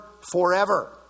forever